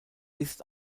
ist